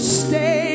stay